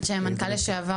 האמת שמנכ"ל לשעבר,